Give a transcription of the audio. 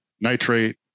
nitrate